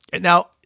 now